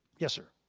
yes, sir.